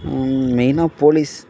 மெயினாக போலீஸ்